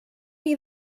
chi